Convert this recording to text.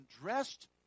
dressed